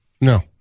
No